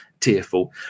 tearful